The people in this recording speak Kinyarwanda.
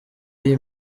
iyi